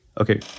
Okay